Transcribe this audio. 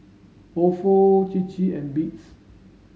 Ofo Chir Chir and Beats